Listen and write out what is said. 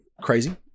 crazy